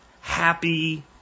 happy